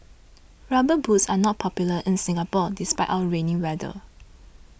rubber boots are not popular in Singapore despite our rainy weather